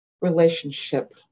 relationship